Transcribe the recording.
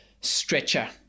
stretcher